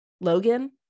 Logan